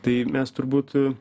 tai mes turbūt